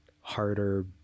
harder